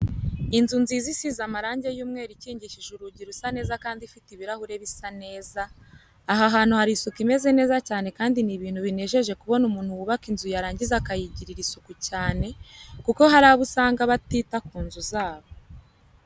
Inzu nziza isize amarange y'umweru ikingishije urugi rusa neza kandi ifite ibirahure bisa neza, aha hantu hari isuku imeze neza cyane kandi ni ibintu binejeje kubona umuntu wubaka inzu yarangiza akayigirira isuku cyane, kuko hari abo usanga batuta ku nzu zabo.